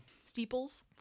Steeples